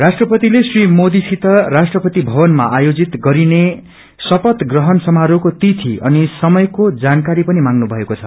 राष्ट्रपतिले श्री मोदीसित राष्ट्रपति भवनमा आयोजित गरिने शपथ ग्रहण समारोहको तिथि अनि समयको जानकारी मांग्नु भएको छ